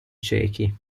ciechi